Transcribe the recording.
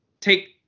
take